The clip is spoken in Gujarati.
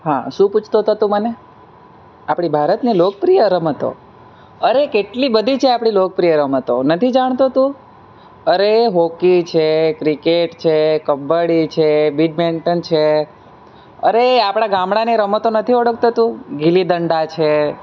હા છું પૂછતો હતો તું મને આપણી ભારતની લોકપ્રિય રમતો અરે કેટલી બધી છે આપણી લોકપ્રિય રમતો નથી જાણતો તું અરે હોકી છે ક્રિકેટ છે કબ્બડી છે બિડમેન્ટન છે અરે આપણા ગામડાની રમતો નથી ઓળખતો તું ગીલી ડંડા છે